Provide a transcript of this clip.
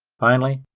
finally,